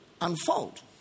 unfold